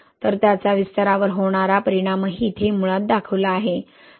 तर त्याचा विस्तारावर होणारा परिणामही इथे मुळात दाखवला आहे